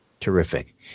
Terrific